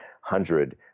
hundred